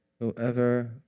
Whoever